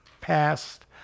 passed